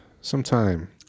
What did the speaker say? sometime